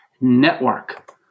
Network